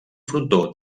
frontó